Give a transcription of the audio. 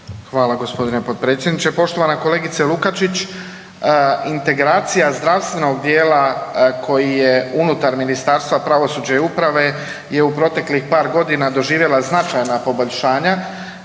Hvala gospodine potpredsjedniče. Poštovana kolegice Lukačić, integracija zdravstvenog dijela koji je unutar Ministarstva pravosuđa i uprave je u proteklih par godina doživjela značajna poboljšanja,